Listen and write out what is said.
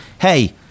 hey